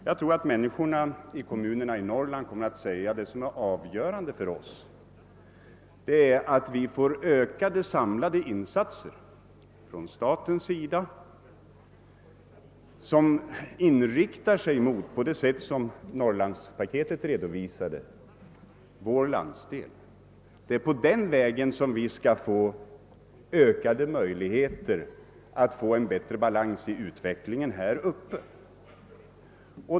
Jag tror att människorna i kommunerna i Norrland kommer att svara: Det avgörande för oss är att vi får ökade samlade insatser från statens sida som på det sätt som Norrlandspaketet redovisade inriktar sig på vår landsdel. Det är på den vägen som vi skall få ökade möjligheter att få bättre balans i utvecklingen här uppe.